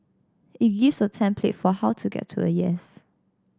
it gives a template for how to get to a yes